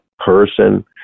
person